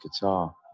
guitar